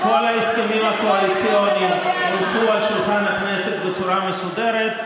כל ההסכמים הקואליציוניים הונחו על שולחן הכנסת בצורה מסודרת,